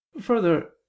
Further